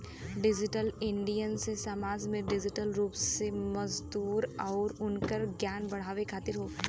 digital India से समाज के डिजिटल रूप से मजबूत आउर उनकर ज्ञान बढ़ावे खातिर हौ